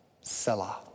Selah